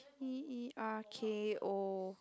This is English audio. T E R K O